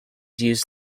used